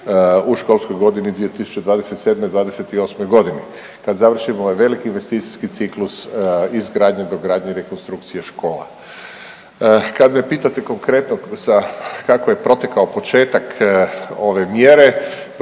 u školskoj godini 2027./'28. g., kad završimo ovaj veliki investicijski ciklus izgradnje, dogradnje i rekonstrukcije škola. Kad me pitate konkretno sa kako je protekao početak ove mjere,